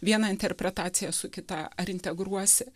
vieną interpretaciją su kita ar integruojasi